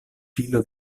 filo